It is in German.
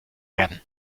werden